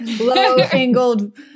low-angled